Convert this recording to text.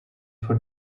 for